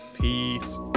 Peace